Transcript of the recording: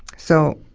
so,